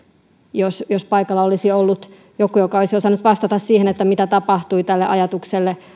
jos jos paikalla olisi ollut joku joka olisi osannut vastata siihen mitä tapahtui ajatukselle